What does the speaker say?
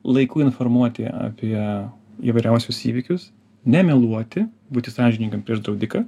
laiku informuoti apie įvairiausius įvykius nemeluoti būti sąžiningam prieš draudiką